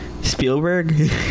Spielberg